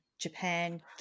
japan